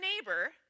neighbor